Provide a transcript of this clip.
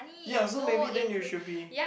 ya so maybe then you should be